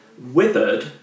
withered